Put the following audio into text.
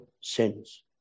sins